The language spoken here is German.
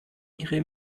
ihre